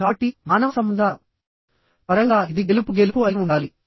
కాబట్టి మానవ సంబంధాల పరంగా ఇది గెలుపు గెలుపు అయి ఉండాలి